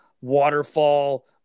waterfall